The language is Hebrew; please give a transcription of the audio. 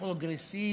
פשוט?